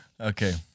Okay